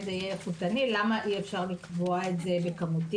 זה יהיה איכותני למה אי אפשר לקבוע את זה בכמותי,